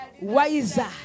Wiser